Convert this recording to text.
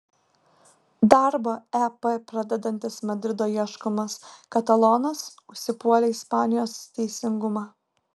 darbą ep pradedantis madrido ieškomas katalonas užsipuolė ispanijos teisingumą